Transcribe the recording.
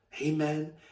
Amen